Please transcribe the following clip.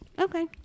Okay